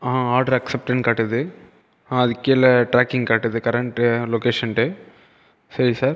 order அக்சப்ட்டட்னு காட்டுது அதுக்கு கீழே டிராக்கிங் காட்டுது கரண்ட் லொக்கேஷன்ட்டு சரி சார்